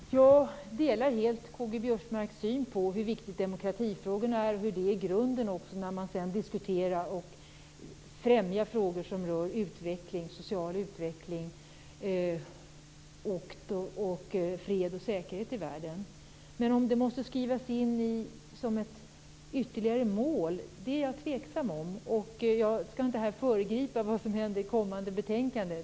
Fru talman! Jag delar helt K-G Biörsmarks syn på hur viktiga demokratifrågorna är, också i diskussionen och främjandet av frågor som gäller social utveckling, fred och säkerhet i världen, men om de skall skrivas in som ett ytterligare mål är jag tveksam till. Jag skall inte föregripa vad som kommer i ett kommande betänkande.